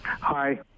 Hi